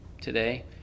today